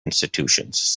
institutions